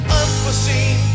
unforeseen